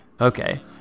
okay